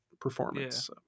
performance